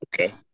Okay